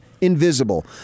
Invisible